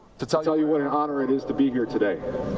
to tell tell you what an honor it is to be here today.